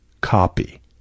copy